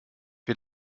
wir